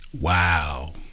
Wow